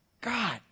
God